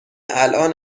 الان